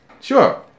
Sure